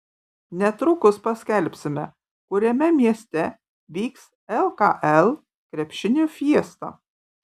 netrukus paskelbsime kuriame mieste vyks lkl krepšinio fiesta